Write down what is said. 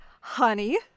honey